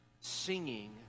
Singing